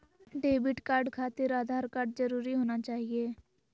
Debit card खातिर Aadhaar card जरूरी होना चाहिए?